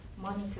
monitor